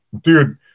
dude